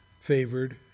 favored